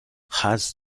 has